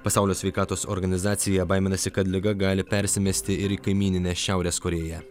pasaulio sveikatos organizacija baiminasi kad liga gali persimesti ir į kaimyninę šiaurės korėją